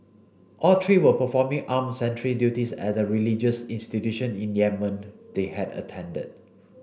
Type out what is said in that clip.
all three were performing arm sentry duties at a religious institution in Yemen they had attended